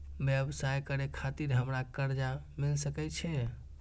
व्यवसाय करे खातिर हमरा कर्जा मिल सके छे?